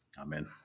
Amen